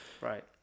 right